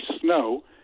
snow